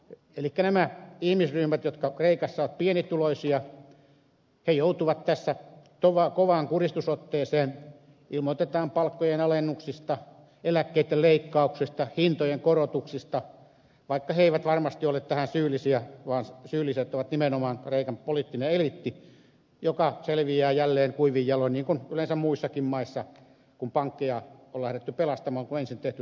elikkä nämä ihmisryhmät jotka kreikassa ovat pienituloisia joutuvat tässä kovaan kuristusotteeseen ilmoitetaan palkkojen alennuksista eläkkeitten leikkauksista hintojen korotuksista vaikka he eivät varmasti ole tähän syyllisiä vaan syyllinen on nimenomaan kreikan poliittinen eliitti joka selviää jälleen kuivin jaloin niin kuin yleensä muissakin maissa käy kun pankkeja on lähdetty pelastamaan kun ensin on tehty talouspolitiikassa virheitä